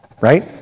right